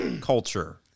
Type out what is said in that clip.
culture